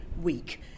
week